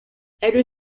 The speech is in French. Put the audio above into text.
elle